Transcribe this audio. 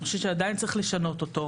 אני חושבת שעדיין צריך לשנות אותו.